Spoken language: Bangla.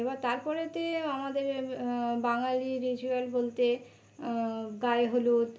এবার তারপরেতে আমাদের বাঙালি রিচুয়াল বলতে গায়ে হলুদ